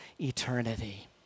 eternity